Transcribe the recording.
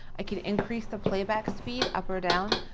i could increase the playback speed up or down.